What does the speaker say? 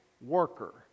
worker